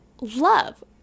love